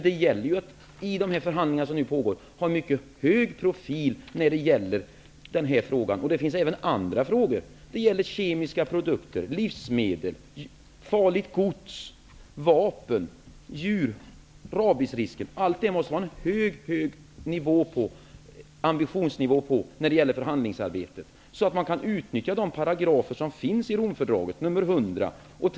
Det gäller ju vid de förhandlingar som nu pågår att ha en mycket hög profil när det gäller denna fråga. Men det gäller även i andra frågor såsom kemiska produkter, livsmedel, farligt gods, vapen, djur och rabiesrisken. När det gäller förhandlingsarbetet med dessa frågor måste ambitionsnivån vara mycket hög, så att man kan utnyttja de paragrafer som finns i Romfördraget nr. 100 och nr.